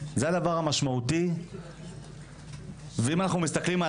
וזה הדבר המשמעותי ואם אנחנו מסתכלים על